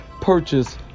purchase